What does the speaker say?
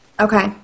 Okay